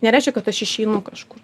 nereiškia kad aš išeinu kažkur